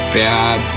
bad